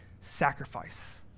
sacrifice